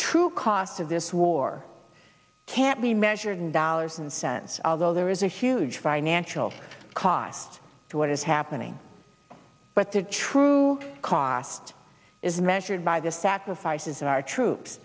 true cost of this war can't be measured in dollars and cents although there is a huge financial cost to what is happening but the true cost is measured by the sacrifices of our troops